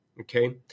okay